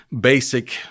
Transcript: basic